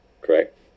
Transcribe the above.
correct